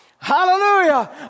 Hallelujah